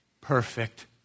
Perfect